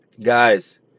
Guys